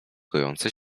gojące